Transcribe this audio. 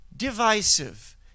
Divisive